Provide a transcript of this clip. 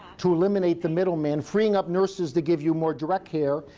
to eliminate the middleman, freeing up nurses to give you more direct care,